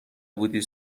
بودی